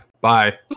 Bye